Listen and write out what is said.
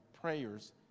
prayers